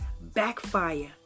backfire